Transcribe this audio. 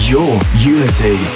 YourUnity